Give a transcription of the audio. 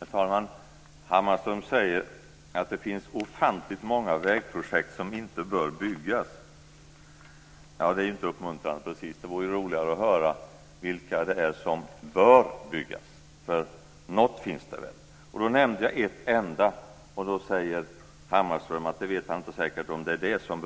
Herr talman! Hammarström säger att det finns ofantligt många vägprojekt som inte bör byggas. Det är inte uppmuntrande, precis. Det vore roligare att höra vilka det är som bör byggas, för något finns det väl. Jag nämnde ett enda, och då sade Hammarström att han inte säkert visste om det är det som